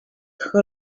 her